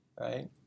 right